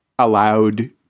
Allowed